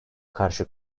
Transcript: karşı